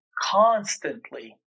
constantly